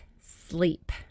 sleep